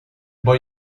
boy